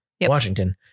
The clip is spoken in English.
Washington